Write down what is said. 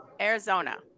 Arizona